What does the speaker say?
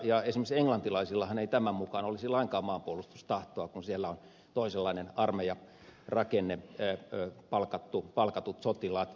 esimerkiksi englantilaisillahan ei tämän mukaan olisi lainkaan maanpuolustustahtoa kun siellä on toisenlainen armeijarakenne palkatut sotilaat